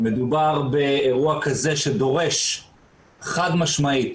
מדובר באירוע שדורש חד משמעית